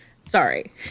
Sorry